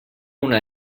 una